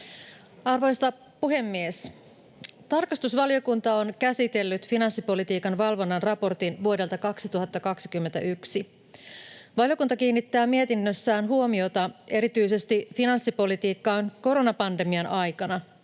Arvoisa puhemies! Tarkastusvaliokunta on käsitellyt finanssipolitiikan valvonnan raportin vuodelta 2021. Valiokunta kiinnittää mietinnössään huomiota finanssipolitiikkaan erityisesti koronapandemian aikana,